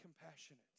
compassionate